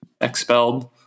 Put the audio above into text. expelled